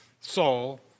Saul